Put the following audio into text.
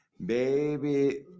Baby